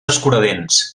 escuradents